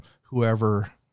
whoever